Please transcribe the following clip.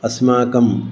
अस्माकम्